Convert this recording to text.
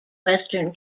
western